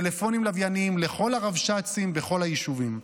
טלפונים לווייניים לכל הרבש"צים בכל היישובים.